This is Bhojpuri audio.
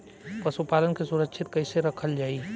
पशुपालन के सुरक्षित कैसे रखल जाई?